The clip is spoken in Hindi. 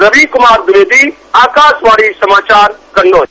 रवि कुमार द्विवेदी आकाशवाणी समाचार कन्नौज